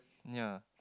ya